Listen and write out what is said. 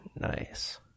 nice